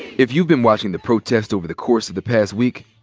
if you've been watching the protest over the course of the past week,